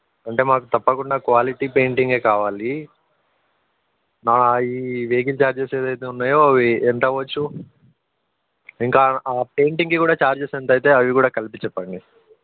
అంటే మాకు తప్పకుండా క్వాలిటీ పెయింటింగ్ కావాలి నా ఈ వేజింగ్ చార్జెస్ ఏదైతే ఉన్నాయో అవి ఎంత అవచ్చు ఇంకా ఆ పెయింటింగ్ కూడా చార్జెస్ ఎంత అవుతాయి అవి కూడా కలిపి చెప్పండి